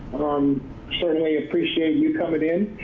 um certainly appreciate you coming in.